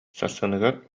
сарсыныгар